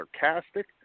sarcastic